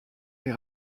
est